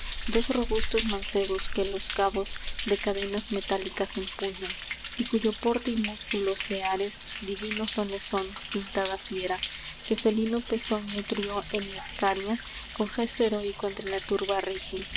dos robustos mancebos que los cabos de cadenas metálicas empuñan y cuyo porte y músculos de ares divinos dones son pintada fiera que felino pezón nutrió en hircania con gesto heroico entre la turba